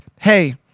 Hey